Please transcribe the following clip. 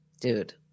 Dude